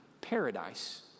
paradise